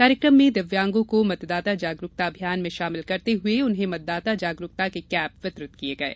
कार्यक्रम में दिव्यांगों को मतदाता जागरूकता अभियान में शामिल करते हुये उन्हें मतदाता जागरूकता के कैप वितरित किये गये